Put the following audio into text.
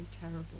terrible